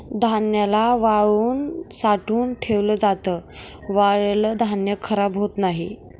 धान्याला वाळवून साठवून ठेवल जात, वाळलेल धान्य खराब होत नाही